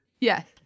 Yes